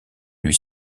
lui